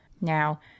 Now